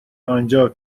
آنجا